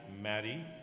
Maddie